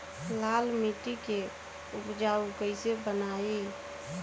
लाल मिट्टी के उपजाऊ कैसे बनाई?